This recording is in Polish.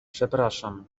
przepraszam